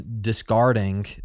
Discarding